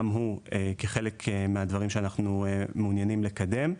גם הוא חלק מהדברים שאנחנו מעוניינים לקדם.